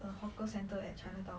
a hawker centre at chinatown